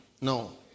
No